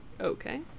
Okay